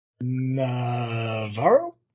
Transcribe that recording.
Navarro